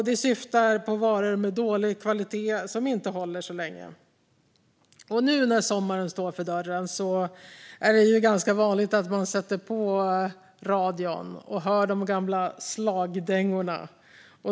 Det syftar på varor med dålig kvalitet som inte håller så länge. Nu när sommaren står för dörren är det ganska vanligt att man sätter på radion och hör de gamla slagdängorna.